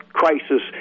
crisis